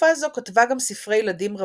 בתקופה זו כתבה גם ספרי ילדים רבים,